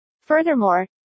Furthermore